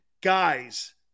guys